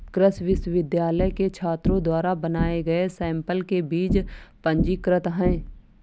कृषि विश्वविद्यालय के छात्रों द्वारा बनाए गए सैंपल के बीज पंजीकृत हैं